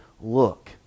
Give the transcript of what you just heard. look